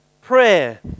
prayer